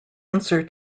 answer